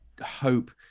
hope